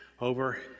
over